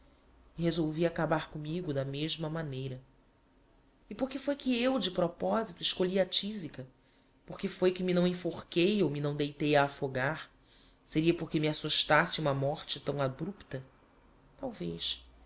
resolvi acabar commigo da mesma maneira e por que foi que eu de proposito escolhi a tisica por que foi que me não enforquei ou me não deitei a afogar seria porque me assustasse uma morte tão abrupta talvez